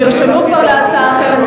כבר נרשמו להצעה אחרת.